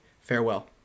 Farewell